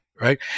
right